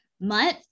Month